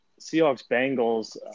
Seahawks-Bengals